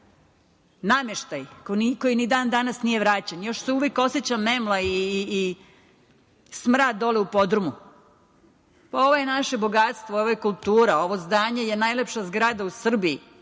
nameštaj koji ni dan danas nije vraćen, još se uvek oseća memla i smrad dole u podrumu. Ovo je naše bogatstvo, ovo je kultura, ovo zdanje je najlepša zgrada u Srbiji